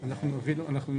פנו מצד בתי הדין.